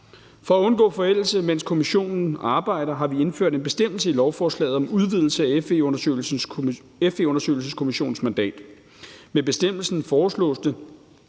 For at undgå forældelse, mens kommissionen arbejder, har vi indført en bestemmelse i lovforslaget om udvidelse af FE-undersøgelseskommissionens mandat. Med bestemmelsen foreslås det,